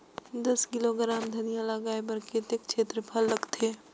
दस किलोग्राम धनिया लगाय बर कतेक क्षेत्रफल लगथे?